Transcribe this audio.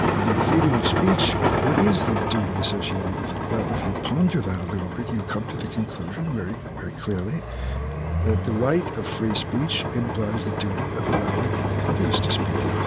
the freedom of speech, what is the duty associated with it? well, if you ponder that a little bit, you'll come to the conclusion very very clearly that the right of free speech implies the duty of allowing others to speak.